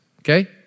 Okay